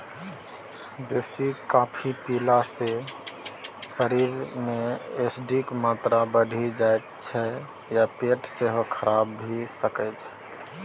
बेसी कॉफी पीला सँ शरीर मे एसिडक मात्रा बढ़ि जाइ छै आ पेट सेहो खराब भ सकैए